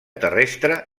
terrestre